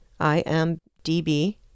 IMDb